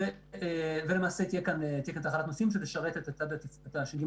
ולמעשה תהיה כאן תחנת נוסעים שתשרת את הש.ג.